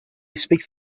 speaks